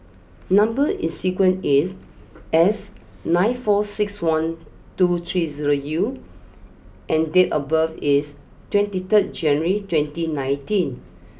number is sequence is S nine four six one two three zero U and date of birth is twenty third January twenty nineteen